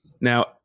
Now